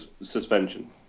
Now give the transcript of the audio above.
suspension